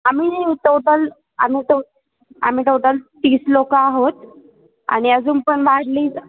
आम्ही टोटल आम्ही टो आम्ही टोटल तीस लोकं आहोत आणि अजून पण वाढली तर